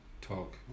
talk